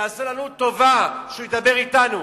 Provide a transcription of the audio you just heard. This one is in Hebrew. יעשה לנו טובה שהוא ידבר אתנו.